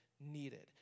needed